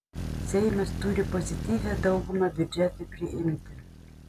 seimas turi pozityvią daugumą biudžetui priimti